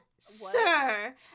sir